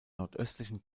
nordöstlichen